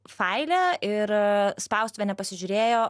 faile ir spaustuvė nepasižiūrėjo